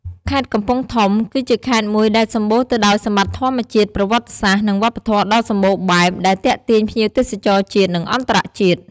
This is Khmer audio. ខេត្តកំពង់ធំ គឺជាខេត្តមួយដែលសម្បូរទៅដោយសម្បត្តិធម្មជាតិ ប្រវត្តិសាស្ត្រ និងវប្បធម៌ដ៏សម្បូរបែប ដែលទាក់ទាញភ្ញៀវទេសចរជាតិ និងអន្តរជាតិ។